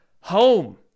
home